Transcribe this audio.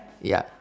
ya